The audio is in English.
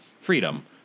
freedom